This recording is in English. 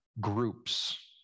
groups